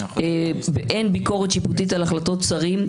אין ביקורת שיפוטית על החלטות שרים.